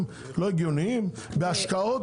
בהשקעות,